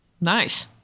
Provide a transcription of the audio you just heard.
Nice